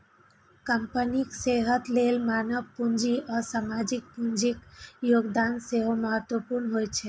कंपनीक सेहत लेल मानव पूंजी आ सामाजिक पूंजीक योगदान सेहो महत्वपूर्ण होइ छै